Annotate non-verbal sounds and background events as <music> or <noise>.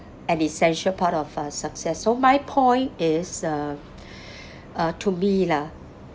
an essential part of uh success so my point is uh <breath> uh to me lah